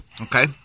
Okay